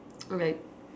like